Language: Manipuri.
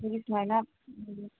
ꯑꯩꯈꯣꯏꯒꯤ ꯁꯨꯃꯥꯏꯅ